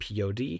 pod